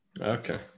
Okay